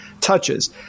touches